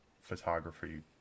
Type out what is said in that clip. photography